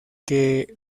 que